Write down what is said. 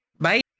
Bye